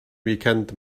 wicend